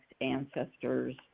ancestors